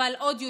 אבל עוד יותר,